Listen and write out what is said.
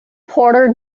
porter